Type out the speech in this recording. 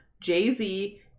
Jay-Z